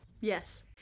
Yes